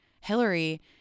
Hillary